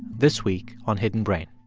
this week on hidden brain